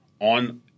on